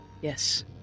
yes